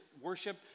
worship